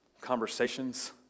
conversations